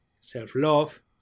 self-love